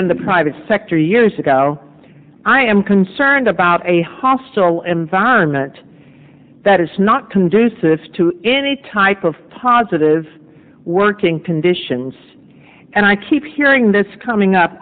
and the private sector years ago i am concerned about a hostile environment that is not conducive to any type of positive working conditions and i keep hearing this coming up